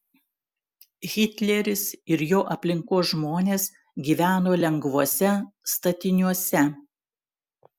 hitleris ir jo aplinkos žmonės gyveno lengvuose statiniuose